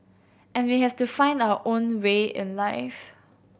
and we have to find our own way in life